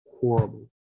horrible